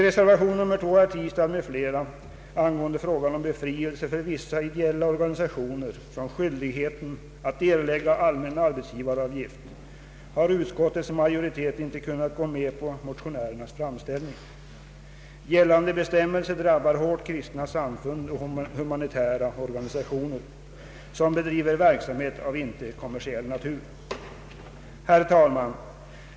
Reservation nr 2 av herr Tistad m.fl. gäller frågan om befrielse för vissa ideella organisationer från skyldigheten att erlägga allmän arbetsgivaravgift. Där har utskottets majoritet inte kunnat gå med på motionärernas framställning. Gällande bestämmelser drabbar hårt kristna samfund, nykterhetsorganisationer och humanitära organisationer som bedriver verksamhet av icke kommersiell natur. Herr talman!